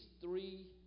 three